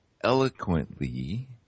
eloquently